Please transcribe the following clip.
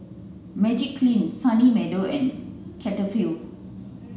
Magiclean Sunny Meadow and Cetaphil